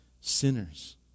sinners